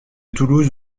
toulouse